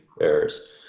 errors